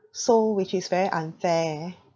so which is very unfair